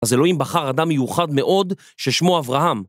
אז זה לא אם בחר אדם מיוחד מאוד ששמו אברהם.